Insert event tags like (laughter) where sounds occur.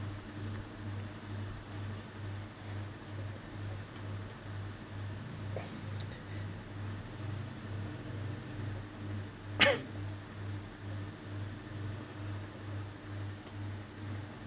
(coughs)